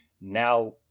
now